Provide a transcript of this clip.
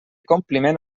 compliment